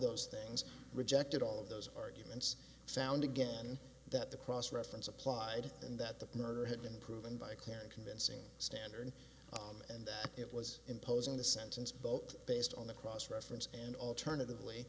those things rejected all of those arguments sound again that the cross reference applied and that the murder had been proven by clear and convincing standard and that it was imposing the sentence both based on the cross reference and alternatively